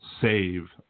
save